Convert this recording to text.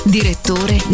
Direttore